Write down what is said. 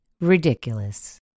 ridiculous